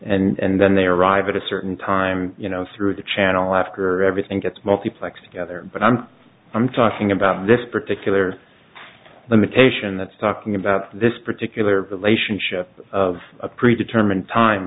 those and then they arrive at a certain time you know through the channel after everything gets multiplex together but i'm i'm talking about this particular limitation that's talking about this particular relationship of a pre determined time